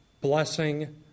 blessing